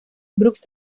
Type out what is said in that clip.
brooks